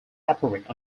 operate